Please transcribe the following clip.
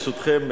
ברשותכם,